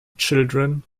children